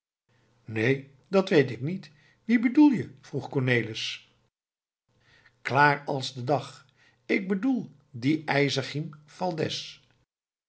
neen dat weet ik niet wien bedoel je vroeg cornelis klaar als de dag ik bedoel dien ijzegrim